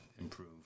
improve